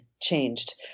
changed